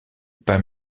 pas